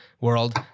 world